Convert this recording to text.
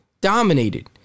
dominated